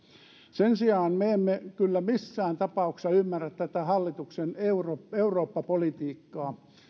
sen sijaan me emme kyllä missään tapauksessa ymmärrä tätä hallituksen eurooppa politiikkaa